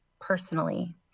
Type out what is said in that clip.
personally